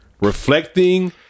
reflecting